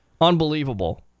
unbelievable